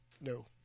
No